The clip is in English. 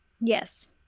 Yes